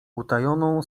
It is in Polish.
utajoną